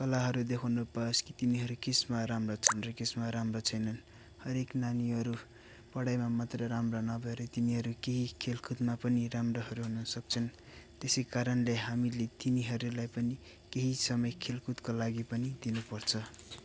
कलाहरू देखाउनु पावोस् कि तिनीहरू केमा राम्रो छन् र केमा राम्रो छैनन् हरेक नानीहरू पढाइमा मात्र राम्रो नभएर तिनीहरू केही खेलकुदमा पनि राम्रोहरू हुन सक्छन् त्यसै कारणले हामीहरूले तिनीहरूलाई पनि केही समय खेलकुदका लागि पनि दिनुपर्छ